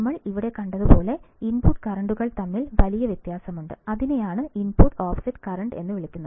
ഞങ്ങൾ ഇവിടെ കണ്ടതുപോലെ ഇൻപുട്ട് കറന്റുകൾ തമ്മിൽ വലിയ വ്യത്യാസമുണ്ട് അതിനെയാണ് ഇൻപുട്ട് ഓഫ്സെറ്റ് കറന്റ് എന്ന് പറയുന്നത്